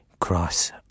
cross